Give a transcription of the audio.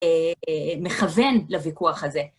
מכוון לויכוח הזה.